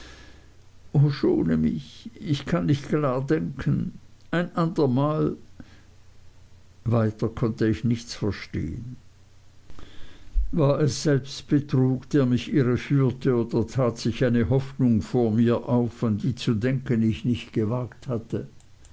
o schone mich ich kann nicht klar denken ein ander mal weiter konnte ich nichts verstehen war es selbstbetrug der mich irr führte oder tat sich eine hoffnung vor mir auf an die zu denken ich nicht gewagt hatte